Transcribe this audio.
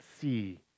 see